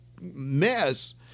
mess